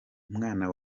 umwana